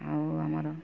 ଆଉ ଆମର